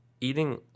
eating